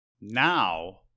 Now